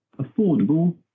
affordable